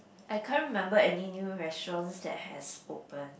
I can't remember any new restaurants that has open